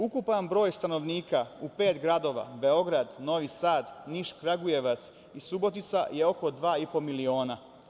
Ukupan broj stanovnika u pet gradova – Beograd, Novi Sad, Niš, Kragujevac i Subotica je oko 2,5 miliona.